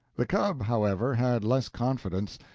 the cub, however, had less confidence,